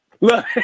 Look